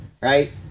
right